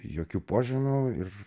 jokių požymių ir